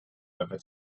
over